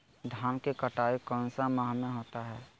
धान की कटाई कौन सा माह होता है?